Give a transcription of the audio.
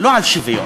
לא על שוויון,